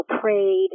prayed